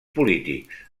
polítics